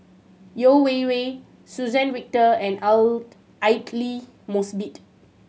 Yeo Wei Wei Suzann Victor and Aidli Mosbit